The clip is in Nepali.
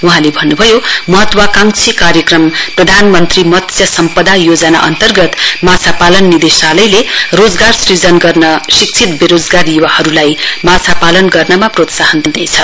वहाँले भन्न्भयो महत्वांकाक्षी कार्यक्रम प्रधानमन्त्री मत्स्य सम्पदा योजना अन्तर्गत माछापालन निदेशालयले रोजगार सृजन गर्न शिक्षित वेरोजगार युवाहरुलआ माछापालन गर्न प्रोत्सासन दिनेछ